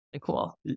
cool